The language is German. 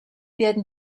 werden